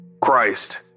Christ